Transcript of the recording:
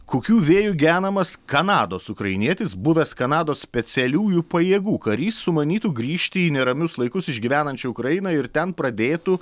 kokių vėjų genamas kanados ukrainietis buvęs kanados specialiųjų pajėgų karys sumanytų grįžti į neramius laikus išgyvenančią ukrainą ir ten pradėtų